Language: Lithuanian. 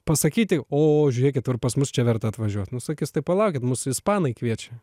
pasakyti o žiūrėkit ir pas mus čia verta atvažiuot nu sakis tai palaukit mus ispanai kviečia